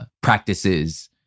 practices